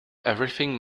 everything